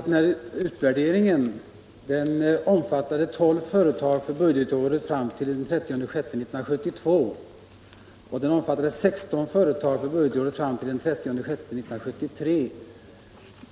Herr talman! Jag vill bara redovisa att utvärderingen omfattade 12 företag för budgetåret 1971 73.